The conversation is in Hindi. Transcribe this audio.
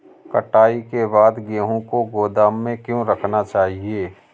कटाई के बाद गेहूँ को गोदाम में क्यो रखना चाहिए?